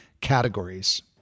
categories